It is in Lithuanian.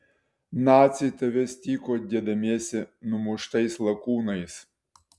naciai tavęs tyko dėdamiesi numuštais lakūnais